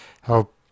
help